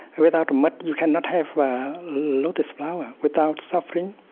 without mud, you cannot have a lotus flower. without suffering,